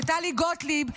לטלי גוטליב,